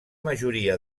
majoria